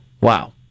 Wow